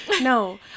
No